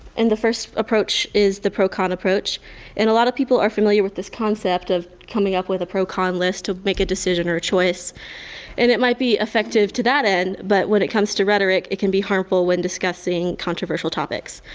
and, the first approach is the pro con approach and a lot of people are familiar with this concept of coming up with a pro con list to make a decision or a choice and it might be effective to that end but when it comes to rhetoric, it can be harmful when discussing controversial topics.